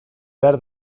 behar